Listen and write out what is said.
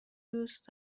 دوست